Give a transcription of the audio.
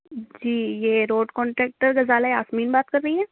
جی یہ road contractor Ghazala Yasmin بات کر رہی ہیں